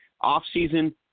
Off-season